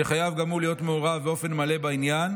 שחייב גם הוא להיות מעורב באופן מלא בעניין,